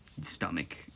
stomach